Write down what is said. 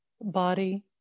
body